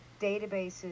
databases